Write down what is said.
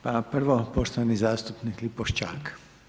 Pa prvo poštovani zastupnik Lipovšćak.